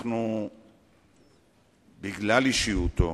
בגלל אישיותו,